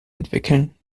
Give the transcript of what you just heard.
entwickeln